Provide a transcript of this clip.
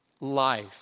life